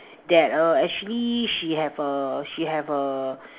that err actually she have a she have a